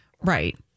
Right